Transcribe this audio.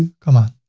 come on.